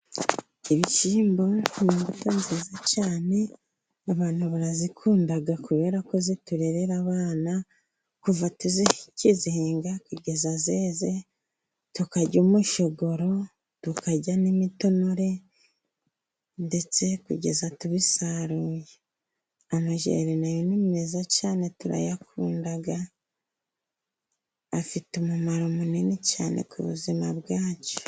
Ibishyimbo ni imbuto nziza cyane, abantu barazikunda kubera ko ziturerera abana. Kuva tukizihinga kugeza zeze, tukarya umushogoro, tukarya n'imitonore, ndetse kugeza tubisaruye. Amajeri n'ayo ni meza cyane turayakunda, afite umumaro munini cyane ku buzima bwacu.